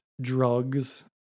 drugs